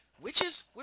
witches